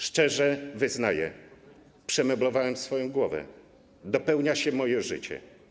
Szczerze wyznaje: przemeblowałem swoją głowę, dopełnia się moje życie.